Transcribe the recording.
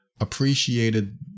appreciated